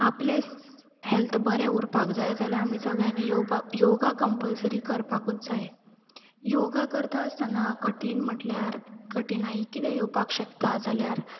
आपलें स् हॅल्थ बरें उरपाक जाय जाल्यार आमी सगळ्यांनी योबा योगा कंपलसरी करपाकूच जाय योगा करतासतना कठीण म्हटल्यार कठिनाई कितें येवपाक शकता जाल्यार